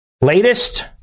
latest